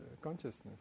consciousness